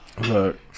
look